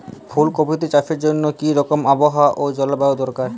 ফুল কপিতে চাষের জন্য কি রকম আবহাওয়া ও জলবায়ু দরকার?